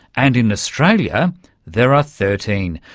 and in australia there are thirteen,